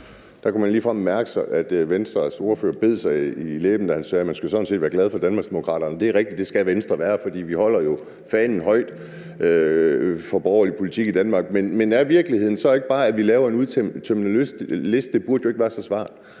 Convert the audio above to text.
Der kunne man ligefrem mærke, at Venstres ordfører næsten ikke kunne få det over sine læber, da han sagde, at man sådan set skulle være glad for Danmarksdemokraterne. Det er rigtigt; det skal Venstre. Og det er jo, fordi vi holder fanen højt for borgerlig politik i Danmark. Men er virkeligheden ikke bare sådan, at vi så laver en udtømmende liste? Det burde jo ikke er så svært.